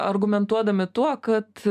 argumentuodami tuo kad